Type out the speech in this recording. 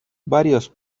varios